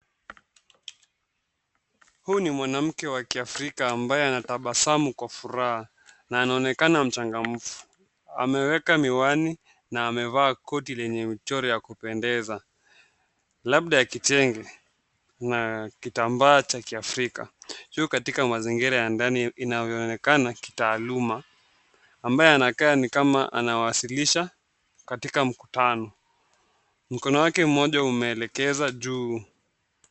Huyu ni mwanamke wa kiafrika ambaye anatabasamu kwa furaha na anaonekana mchangamfu ameweka miwani na amevaa koti lenye mchoro wa kupendeza labda kitenge na kitambaa cha kiafrika ,juu katika mazingira ya ndani inavyoonekana kitaaluma ambaye anakaa ni kama anawasilisha katika mkutano, mkono wake mmoja umeelekeza juu.